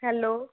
hello